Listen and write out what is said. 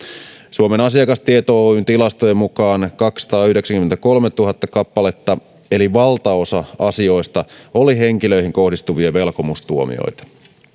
suomen asiakastieto oyn tilastojen mukaan kaksisataayhdeksänkymmentäkolmetuhatta kappaletta eli valtaosa asioista oli henkilöihin kohdistuvia velkomustuomioita